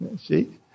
See